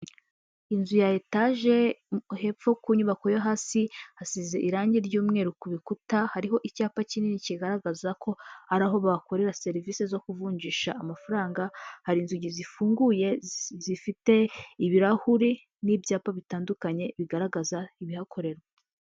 Inzu ya etaje hepfo ku nyubako yo hasi hasize irange ry'umweru ku bikuta, hariho icyapa kinini kigaragazako ari aho bakorera serivisi zo kuvunjisha amafaranga, hari inzugi zifunguye zifite ibirahure n'ibyapa bitandukanye bigaragaza ibihakorerwa.